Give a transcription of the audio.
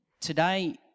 today